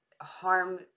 Harm